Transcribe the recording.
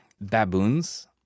Baboons